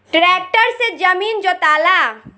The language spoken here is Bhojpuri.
ट्रैक्टर से जमीन जोताला